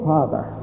Father